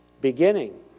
beginning